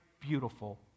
beautiful